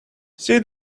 see